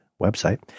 website